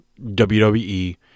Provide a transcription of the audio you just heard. WWE